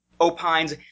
opines